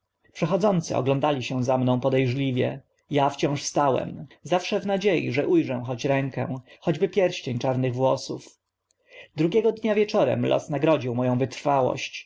przechodzący oglądali się za mną pode rzliwie a wciąż stałem zawsze w nadziei że u rzę choć rękę chociażby pierścień czarnych włosów drugiego dnia wieczorem los nagrodził mo ą wytrwałość